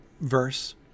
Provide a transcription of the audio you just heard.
verse